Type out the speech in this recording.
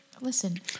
Listen